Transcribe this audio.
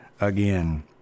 again